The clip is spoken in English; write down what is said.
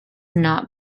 not